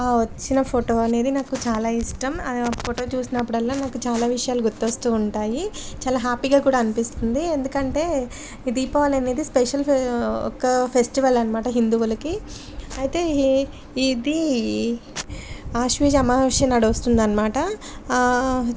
ఆ వచ్చిన ఫోటో అనేది నాకు చాలా ఇష్టం ఫోటో చూసినప్పుడు అలా నాకు చాలా విషయాలు గుర్తిస్తు ఉంటాయి చాలా హ్యాపీగా కూడా అనిపిస్తుంది ఎందుకంటే ఈ దీపావళి అనేది స్పెషల్ ఒక ఫెస్టివల్ అన్నమాట హిందువులకి అయితే ఇది ఆశ్వీజ అమావాస్య నాడు వస్తుంది అన్నమాట